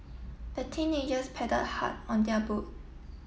the teenagers pad hard on their boat